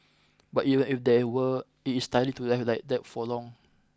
even if there were it is tiring to drive like that for long